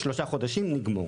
שלושה חודשים כדי לגמור.